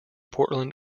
portland